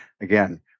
again